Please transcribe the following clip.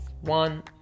One